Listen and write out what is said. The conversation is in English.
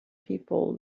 people